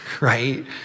right